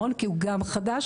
כי הוא גם חדש,